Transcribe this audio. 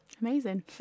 amazing